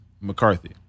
McCarthy